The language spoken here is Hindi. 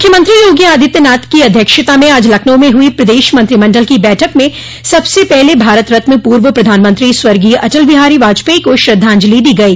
मुख्यमंत्री योगी आदित्यनाथ की अध्यक्षता में आज लखनऊ में हुई प्रदेश मंत्रिमंडल की बैठक में सबसे पहले भारत रत्न पूर्व प्रधानमंत्री स्वर्गीय अटल बिहारी वाजपेई को श्रद्वाजंलि दी गई